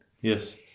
Yes